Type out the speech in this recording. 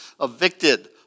evicted